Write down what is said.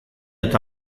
eta